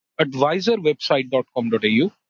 advisorwebsite.com.au